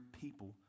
people